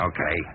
Okay